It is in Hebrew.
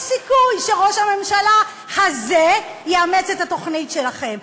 סיכוי שראש הממשלה הזה יאמץ את התוכנית שלכם.